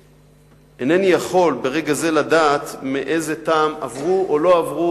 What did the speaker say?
ואינני יכול ברגע זה לדעת מאיזה טעם עברו או לא עברו